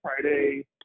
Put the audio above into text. Friday